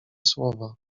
słowa